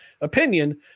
opinion